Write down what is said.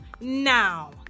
now